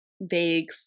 vague